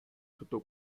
tutto